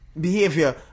behavior